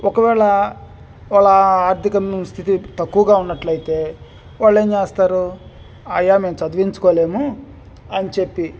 ఒకవేళ వాళ్ళ ఆర్థిక స్థితి తక్కువగా ఉన్నట్లయితే వాళ్ళు ఏం చేస్తారు అయ్యా మేము చదివించుకోలేము అని చెప్పి